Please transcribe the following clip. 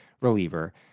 reliever